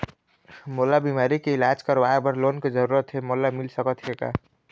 मोला बीमारी के इलाज करवाए बर लोन के जरूरत हे मोला मिल सकत हे का?